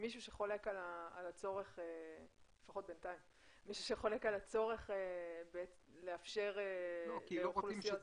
מישהו - לפחות בינתיים - שחולק על הצורך לאפשר לאוכלוסיות את